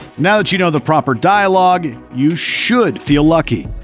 now that you know the proper dialogue, and you should feel lucky.